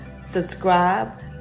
subscribe